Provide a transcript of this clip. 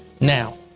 Now